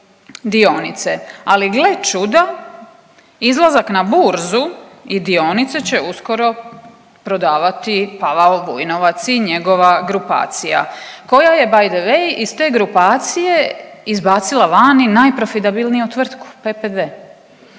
dionice. Ali gle čuda, izlazak na burzu i dionice će uskoro prodavati Pavao Vujnovac i njegova grupacija, koja je, by the way iz te grupacije izbacila vani najprofitabilniju tvrtku, PPD.